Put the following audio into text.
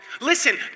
Listen